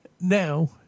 Now